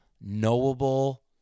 knowable